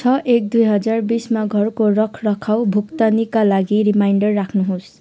छ एक दुई हजार बिसमा घरको रखरखाव भुक्तानीका लागि रिमाइन्डर राख्नुहोस्